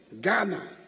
Ghana